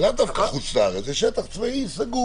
זה לאו דווקא חוץ-לארץ, זה שטח צבאי סגור